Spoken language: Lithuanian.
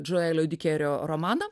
džoleio dikerio romaną